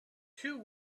two